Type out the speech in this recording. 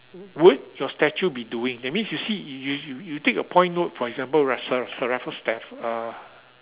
would your statue be doing that means you see you you you take a point note for example Ra~ sir sir Raffles Stamf~ err